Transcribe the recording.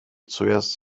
zuerst